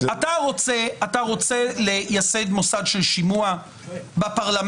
אתה רוצה לייסד מוסד של שימוע בפרלמנט?